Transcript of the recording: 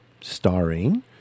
Starring